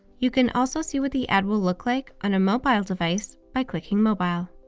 you can also see what the ad will look like on a mobile device by clicking mobile.